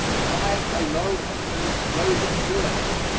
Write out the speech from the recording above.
time alone can disclose it to us.